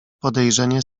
podejrzenie